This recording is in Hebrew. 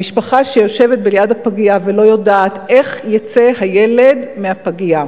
המשפחה שיושבת ליד הפגייה ולא יודעת איך יצא הילד מהפגייה: